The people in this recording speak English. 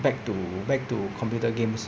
back to back to computer games